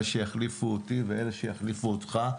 אלה שיחליפו אותי ואלה שיחליפו אותך,